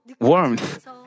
warmth